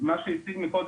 מה שרותם הציג קודם,